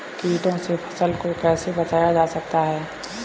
कीटों से फसल को कैसे बचाया जा सकता है?